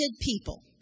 people